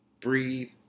Breathe